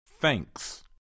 Thanks